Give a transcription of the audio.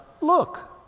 look